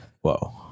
Whoa